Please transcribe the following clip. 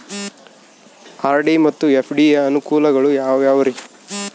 RD ಮತ್ತು FD ಯ ಅನುಕೂಲಗಳು ಯಾವ್ಯಾವುರಿ?